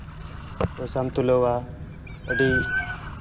ᱯᱚᱭᱥᱟᱢ ᱛᱩᱞᱟᱹᱣᱟ ᱟᱹᱰᱤ